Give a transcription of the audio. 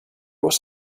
was